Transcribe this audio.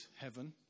heaven